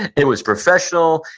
it was professional.